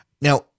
Now